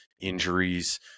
injuries